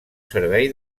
servei